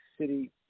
city